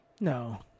no